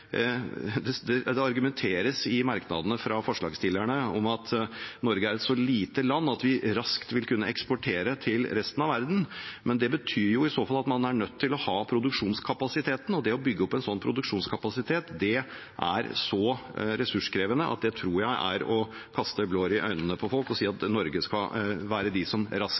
Det argumenteres i merknadene fra forslagsstillerne med at Norge er et så lite land at vi raskt vil kunne eksportere til resten av verden, men det betyr i så fall at man er nødt til å ha produksjonskapasiteten, og det å bygge opp en slik produksjonskapasitet er så ressurskrevende at jeg tror det er å kaste blår i øynene på folk å si at Norge skal være de som